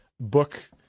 book